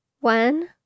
One